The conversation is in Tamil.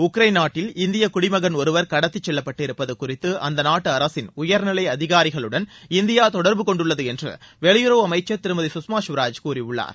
உக்ரைன் நாட்டில் இந்திய குடிமகன் ஒருவர் கடத்தி செல்லப்பட்டு இருப்பது குறித்து அந்த நாட்டு அரசின் உயர்நிலை அதிகாரிகளுடன் இந்தியா தொடர்பு கொண்டுள்ளது என்று வெளியுறவு அமைச்சர் திருமதி சுஷ்மா ஸ்வராஜ் கூறியுள்ளார்